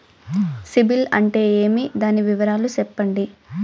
సిబిల్ అంటే ఏమి? దాని వివరాలు సెప్పండి?